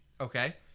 Okay